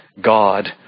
God